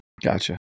gotcha